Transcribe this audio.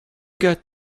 get